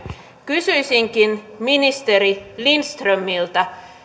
kysyisinkin ministeri lindströmiltä